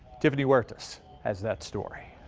tiffany huertas has that story.